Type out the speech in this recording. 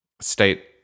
state